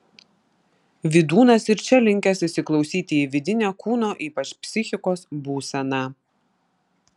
vydūnas ir čia linkęs įsiklausyti į vidinę kūno ypač psichikos būseną